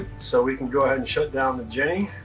so we can go ahead and shut down the gennie.